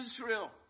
Israel